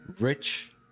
Rich